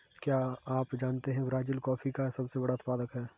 क्या आप जानते है ब्राज़ील कॉफ़ी का सबसे बड़ा उत्पादक है